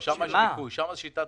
שם זה שיטת